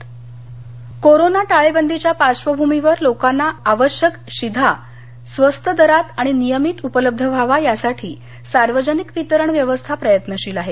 शिधा corona टाळेबंदीच्या पार्श्वभूमीवर लोकांना आवश्यक शिधा स्वस्त दरात आणि नियमित उपलब्ध व्हावा यासाठी सार्वजनिक वितरण व्यवस्था प्रयत्नशील आहे